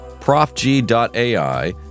ProfG.AI